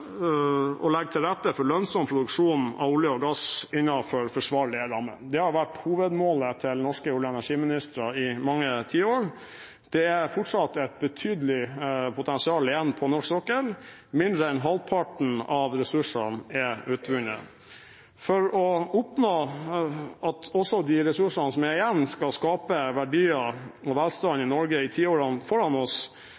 å legge til rette for lønnsom produksjon av olje og gass innenfor forsvarlige rammer. Det har vært hovedmålet til norske olje- og energiministre i mange tiår. Det er fortsatt et betydelig potensial igjen på norsk sokkel. Mindre enn halvparten av ressursene er utvunnet. For å oppnå at også de ressursene som er igjen, skal skape verdier og velstand